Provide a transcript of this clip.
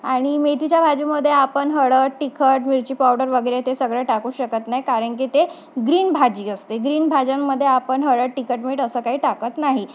आणि मेथीच्या भाजीमध्ये आपण हळद तिखट मिरची पावडर वगैरे ते सगळं टाकू शकत नाही कारण की ते ग्रीन भाजी असते ग्रीन भाज्यांमध्ये आपण हळद तिखट मीठ असं काही टाकत नाही